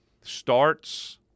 starts